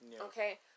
Okay